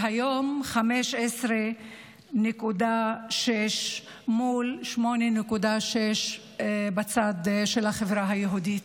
והיום, 15.6%, מול 8.6% בצד של החברה היהודית.